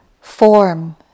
form